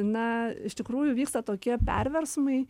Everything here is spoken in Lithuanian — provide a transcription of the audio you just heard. na iš tikrųjų vyksta tokie perversmai